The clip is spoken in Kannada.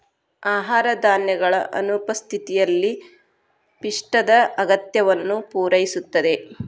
ಆಹಾರ ಧಾನ್ಯಗಳ ಅನುಪಸ್ಥಿತಿಯಲ್ಲಿ ಪಿಷ್ಟದ ಅಗತ್ಯವನ್ನು ಪೂರೈಸುತ್ತದೆ